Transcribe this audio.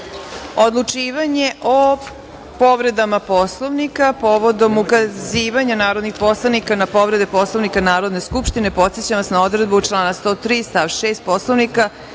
odluke. Odlučivanje o povredama Poslovnika. Povodom ukazivanja narodnih poslanika na povrede Poslovnika Narodne skupštine, podsećam vas na odredbu člana 103. stav 6. Poslovnika,